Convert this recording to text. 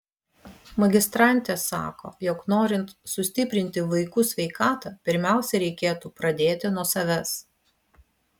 magistrantė sako jog norint sustiprinti vaikų sveikatą pirmiausia reikėtų pradėti nuo savęs